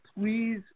please